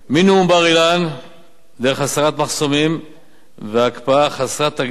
מנאום בר-אילן דרך הסרת מחסומים והקפאה חסרת תקדים